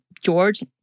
George